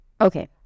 Okay